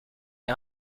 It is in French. est